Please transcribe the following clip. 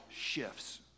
shifts